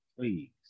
please